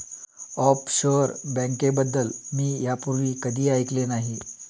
offshore बँकेबद्दल मी यापूर्वी कधीही ऐकले नाही